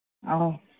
ꯑꯧ